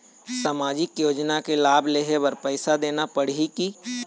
सामाजिक योजना के लाभ लेहे बर पैसा देना पड़ही की?